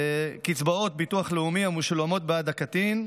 קצבאות ביטוח לאומי המשולמות בעד הקטין,